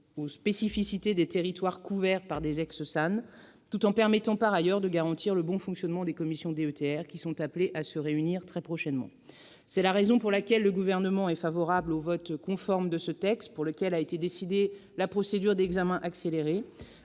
aux spécificités des territoires couverts par les ex- SAN, tout en permettant par ailleurs de garantir le bon fonctionnement des commissions DETR, qui sont appelées à se réunir très prochainement. C'est la raison pour laquelle le Gouvernement est favorable au vote conforme de ce texte, pour lequel a été décidée la procédure d'examen accéléré,